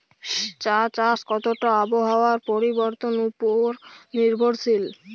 চা চাষ কতটা আবহাওয়ার পরিবর্তন উপর নির্ভরশীল?